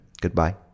goodbye